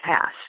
past